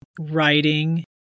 writing